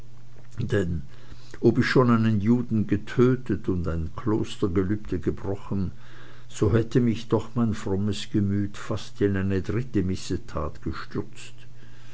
denn ob ich schon einen juden getötet und ein klostergelübde gebrochen so hätte mich doch mein frommes gemüt fast in eine dritte missetat gestürzt